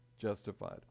justified